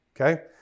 Okay